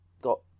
got